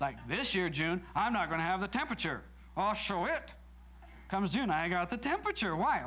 like this year june i'm not going to have a temperature or show it comes june i got the temperature why